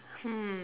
hmm